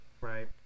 Right